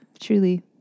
truly